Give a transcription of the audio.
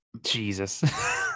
jesus